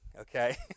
okay